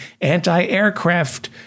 anti-aircraft